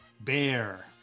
Bear